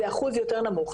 זה אחוז יותר נמוך.